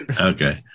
Okay